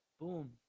boom